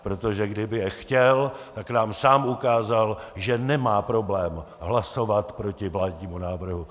Protože kdyby je chtěl, tak nám sám ukázal, že nemá problém hlasovat proti vládnímu návrhu.